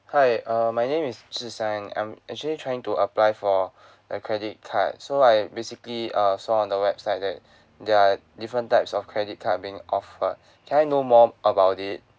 hi uh my name is zhi san I'm actually trying to apply for a credit card so I basically uh saw on the website that there are different types of credit card being offered can I know more about it